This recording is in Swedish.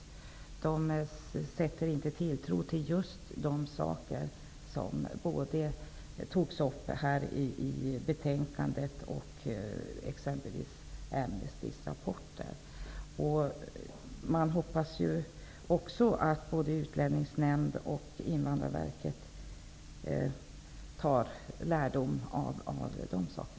Invandrarverket sätter inte tilltro till de saker som togs upp här i betänkandet och även i Amnestys rapporter. Man hoppas att både Utlänningsnämnden och Invandrarverket tar lärdom av dessa saker.